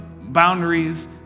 boundaries